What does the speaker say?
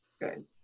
good